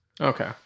okay